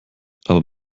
aber